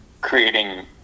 creating